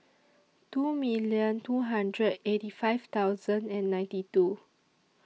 two million two hundred eighty five thousand and ninety two